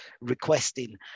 requesting